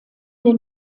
den